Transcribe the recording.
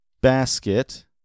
basket